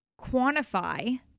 quantify